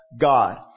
God